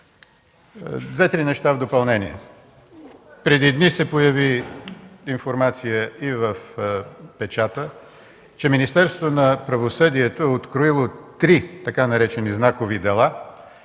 Две-три неща в допълнение. Преди дни се появи информация и в печата, че Министерството на правосъдието е откроило три така наречени „знакови дела”,